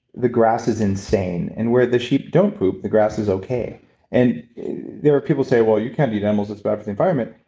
the grass is insane and where the sheep don't poop, the grass is okay and there are people that say well, you can't eat animals. it's bad for the environment.